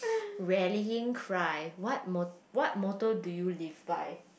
rarely cry what mo~ what motto do you live by